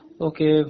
Okay